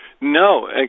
No